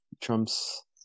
Trump's